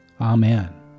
Amen